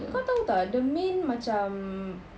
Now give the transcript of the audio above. kau tahu tak the main macam